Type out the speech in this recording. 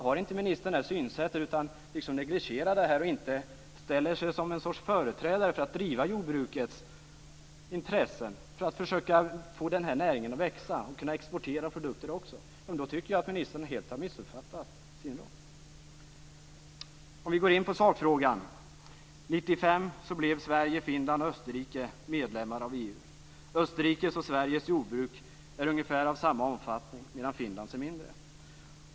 Har ministern inte det synsättet utan negligerar det här och inte ställer sig som en sorts företrädare för att driva jordbrukets intressen och försöka få näringen att växa och exportera produkter, då tycker jag att ministern har missuppfattat sin roll. Låt oss gå in på sakfrågan. 1995 blev Sverige, Finland och Österrike medlemmar i EU. Österrikes och Sveriges jordbruk är ungefär av samma omfattning, medan Finlands är mindre.